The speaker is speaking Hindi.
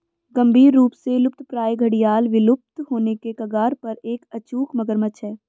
गंभीर रूप से लुप्तप्राय घड़ियाल विलुप्त होने के कगार पर एक अचूक मगरमच्छ है